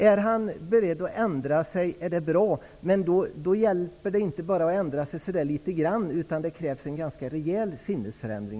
Om han är beredd att ändra sig är det bra, men då hjälper det inte att ändra sig bara litet grand. Det krävs en rejäl sinnesförändring.